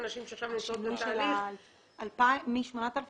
השינוי מ-8,000 ל-2,000.